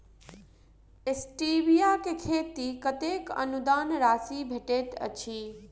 Stevia केँ खेती मे कतेक अनुदान राशि भेटैत अछि?